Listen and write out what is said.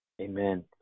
Amen